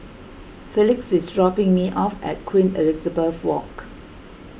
Felix is dropping me off at Queen Elizabeth Walk